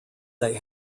they